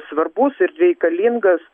svarbus ir reikalingas